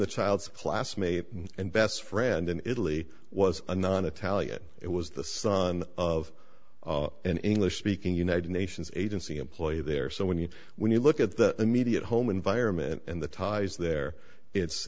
the child's classmate and best friend in italy was a non italian it was the son of an english speaking united nations agency employee there so when you when you look at the immediate home environment and the ties there it's